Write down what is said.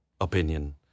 opinion